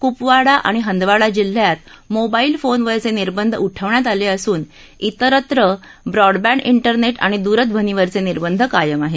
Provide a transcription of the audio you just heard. कुपवाडा आणि हंदवाडा जिल्ह्यात मोबाईल फोनवरचे निर्बंध उठवण्यात आले असून इतस्त्र ब्रॉडबँड इंटरनेट आणि दूरध्वनीवरचे निर्बंध कायम आहेत